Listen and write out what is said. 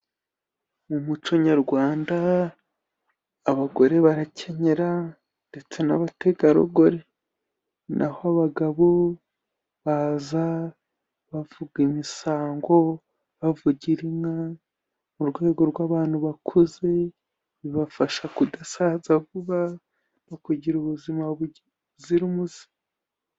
Mu muco nyarwanda, abagore barakenyera ndetse n'abategarugori, n'aho abagabo baza bavuga imisango, bavugira inka, mu rwego rw'abantu bakuze bibafasha kudasaza vuba, mu kugira ubuzima buzira umuze.